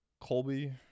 Colby